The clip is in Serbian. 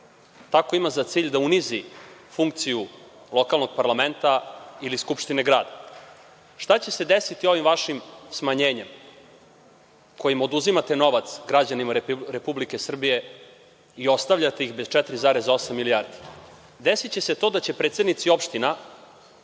tako ima za cilj da unizi funkciju lokalnog parlamenta ili skupštine grada. Šta će se desiti ovim vašim smanjenjem kojim oduzimate novac građanima Republike Srbije i ostavljate ih bez 4,8 milijardi? Desiće se to da će predsednici opština,